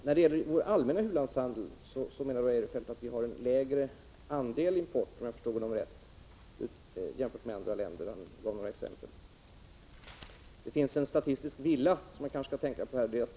När det gäller vår allmänna u-landshandel menar Christer Eirefelt, om jag förstår honom rätt, att vi har en lägre andel import jämfört med andra länder — han gav några exempel. Här finns det en statistisk villa som man kanske skall tänka på.